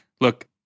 Look